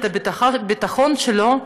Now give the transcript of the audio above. הביטחון שלו,